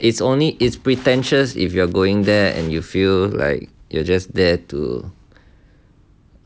it's only it's pretentious if you are going there and you feel like you are just there to